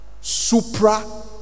supra